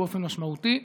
ובאופן משמעותי.